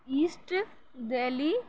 asset Delhi